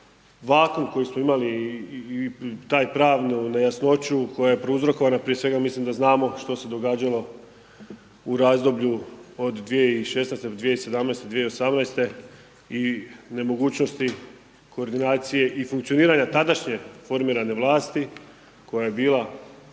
vakuum koji smo imali i taj pravnu nejasnoću koja je prouzrokovana prije svega, mislim da znamo što se događalo u razdoblju od 2016.-2017., 2018. i nemogućnosti koordinacije i funkcioniranje tadašnje formirane vlasti, koje je bila,